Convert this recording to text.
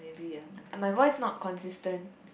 my voice not consistent